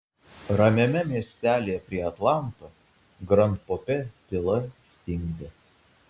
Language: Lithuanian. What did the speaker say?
ramiame miestelyje prie atlanto grand pope tyla stingdė